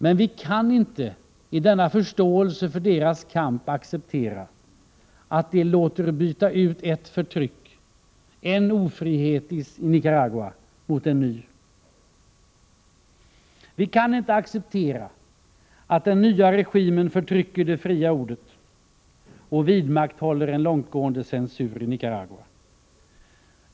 Men vi kan inte i denna förståelse för deras kamp acceptera att de låter byta ut ett förtryck, en ofrihet i Nicaragua, mot en ny. Vi kan inte acceptera att den nya regimen förtrycker det fria ordet och vidmakthåller en långtgående censur i Nicaragua.